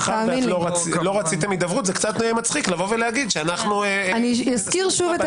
מאחר שלא רציתם הידברות אז מצחיק לומר- -- אזכיר שוב את